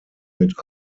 mit